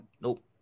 Nope